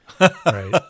right